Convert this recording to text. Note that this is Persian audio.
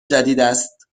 جدیداست